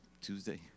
Tuesday